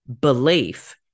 belief